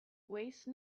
waste